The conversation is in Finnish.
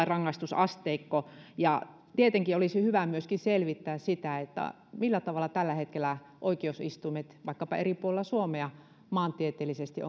rangaistusasteikkoa tietenkin olisi hyvä selvittää myöskin sitä millä tavalla tällä hetkellä oikeusistuimissa vaikkapa eri puolilla suomea maantieteellisesti